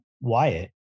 Wyatt